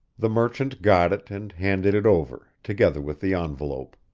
the merchant got it and handed it over, together with the envelope.